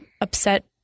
upset